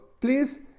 please